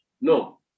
No